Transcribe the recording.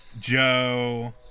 Joe